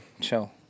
Chill